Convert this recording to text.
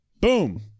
Boom